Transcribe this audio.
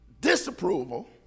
disapproval